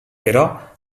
però